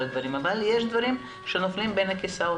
הדברים אבל יש דברים שנופלים בין הכיסאות.